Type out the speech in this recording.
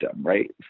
right